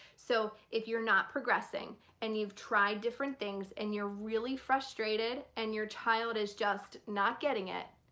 so if you're not progressing and you've tried different things and you're really frustrated and your child is just not getting it,